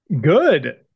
Good